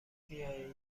بیایید